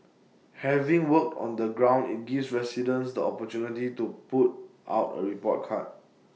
having worked on the ground IT gives residents the opportunity to put out A report card